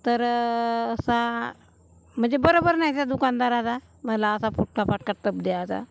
तर सा म्हणजे बरोबर नाही त्या दुकानदाराला मला असा फुटका फाटका टब द्यायचा